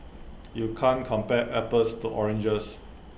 you can't compare apples to oranges